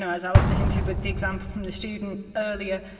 and as alistair hinted, with the example from the student earlier,